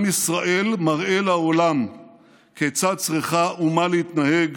עם ישראל מראה לעולם כיצד צריכה אומה להתנהג